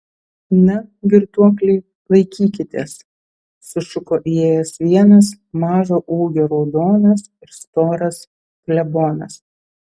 na girtuokliai laikykitės sušuko įėjęs vienas mažo ūgio raudonas ir storas klebonas